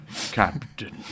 Captain